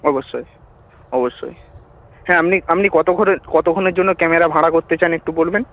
অবশ্যই অবশ্যই হ্যাঁ আপনি আপনি কতক্ষণে কতক্ষণের জন্য ক্যামেরা ভাড়া করতে চান একটু বলবেন